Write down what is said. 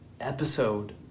episode